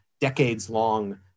decades-long